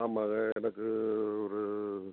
ஆமாங்க எனக்கு ஒரு